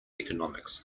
economics